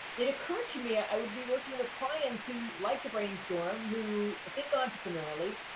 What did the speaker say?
it occurred to me, i would be working with clients who liked to brainstorm, who think entrepreneurially,